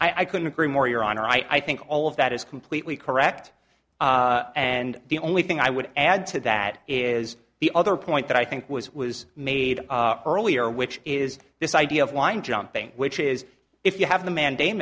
or i couldn't agree more your honor i think all of that is completely correct and the only thing i would add to that is the other point that i think was was made earlier which is this idea of wind jumping which is if you have the